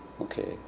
Okay